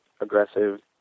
aggressive